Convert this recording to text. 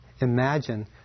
imagine